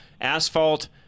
asphalt